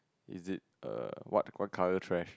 is it err what what color trash